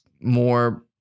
more